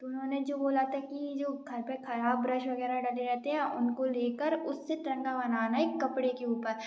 उन्होंने जो बोला था कि जो घर पर खराब ब्रश वगैरह डले रहते हैं उनको लेकर उससे झण्डा बनाना है कपड़े के ऊपर